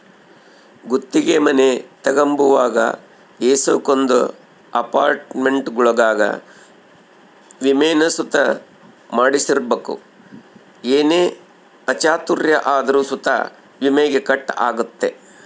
ಗುತ್ತಿಗೆ ಮನೆ ತಗಂಬುವಾಗ ಏಸಕೊಂದು ಅಪಾರ್ಟ್ಮೆಂಟ್ಗುಳಾಗ ವಿಮೇನ ಸುತ ಮಾಡ್ಸಿರ್ಬಕು ಏನೇ ಅಚಾತುರ್ಯ ಆದ್ರೂ ಸುತ ವಿಮೇಗ ಕಟ್ ಆಗ್ತತೆ